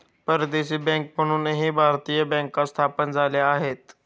परदेशी बँका म्हणूनही भारतीय बँका स्थापन झाल्या आहेत